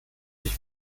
ich